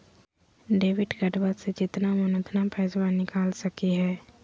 Debit कार्डबा से जितना मन उतना पेसबा निकाल सकी हय?